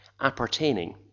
Appertaining